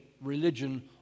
religion